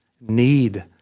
need